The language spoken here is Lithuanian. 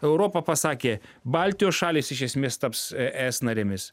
europa pasakė baltijos šalys iš esmės taps es narėmis